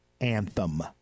anthem